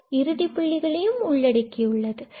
இது இறுதி புள்ளிகளையும் உள்ளடக்கி உள்ளது